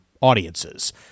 audiences